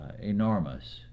enormous